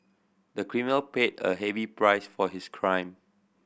the criminal paid a heavy price for his crime